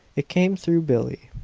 it came through billie.